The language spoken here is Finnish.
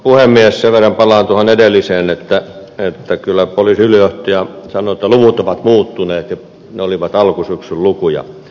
sen verran palaan tuohon edelliseen että kyllä poliisiylijohtaja sanoi että luvut ovat muuttuneet ja ne olivat alkusyksyn lukuja